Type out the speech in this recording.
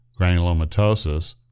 granulomatosis